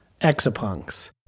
Exapunks